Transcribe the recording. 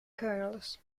kernels